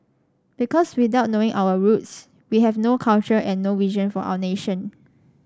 because without knowing our roots we have no culture and no vision for our nation